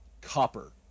copper